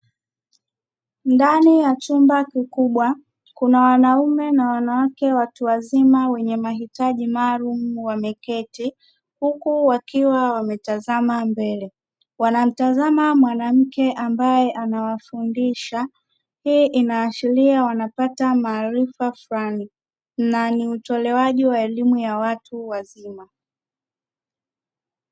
Ndani ya chumba kikubwa kuna wanaume na wanawake watu wazima wenye mahitaji maalumu wameketi huku wakiwa wametazama mbele, wanamtazama mwanamke ambaye anawafundisha, hii inaashiria wanapata maarifa fulani, na ni utolewaji wa elimu ya watu wazima.